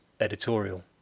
editorial